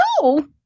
No